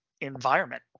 environment